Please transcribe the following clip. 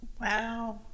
Wow